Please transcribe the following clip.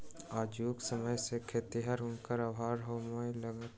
आजुक समय मे खेतीहर जनक अभाव होमय लगलै